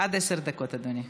עד עשר דקות, אדוני.